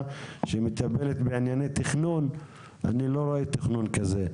שמטפלת בענייני תכנון ואני לא רואה תכנון כזה.